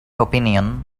opinion